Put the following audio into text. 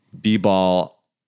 B-ball